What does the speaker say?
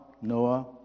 Noah